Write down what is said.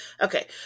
Okay